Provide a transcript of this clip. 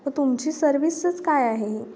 तुमची सर्विसच काय आहे